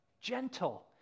Gentle